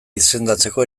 izendatzeko